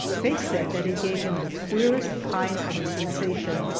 faye said that it gave him the queerest kind of a sensation,